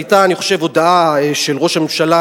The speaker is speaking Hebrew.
היתה, אני חושב, הודעה של ראש הממשלה,